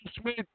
Smith